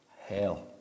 Hell